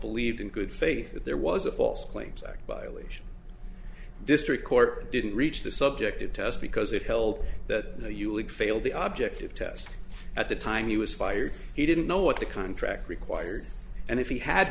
believed in good faith that there was a false claims act violations district court didn't reach the subjective test because it held that you would fail the object of test at the time he was fired he didn't know what the contract required and if he had